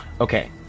Okay